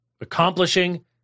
accomplishing